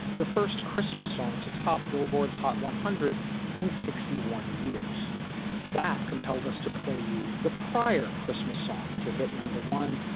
the first christmas song to top billboard's hot one hundred in sixty one years that compelled us to play you the prior christmas song to hit number one,